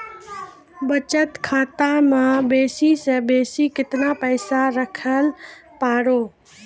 बचत खाता म बेसी से बेसी केतना पैसा रखैल पारों?